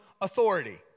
authority